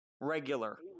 regular